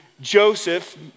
Joseph